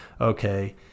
Okay